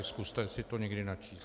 Zkuste si to někdy načíst.